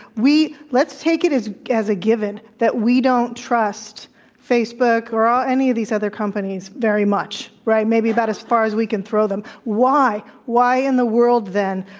we let's take it as as a given that we don't trust facebook or ah any of these other companies very much. right? maybe about as far as we can throw them? why? why in the world, then,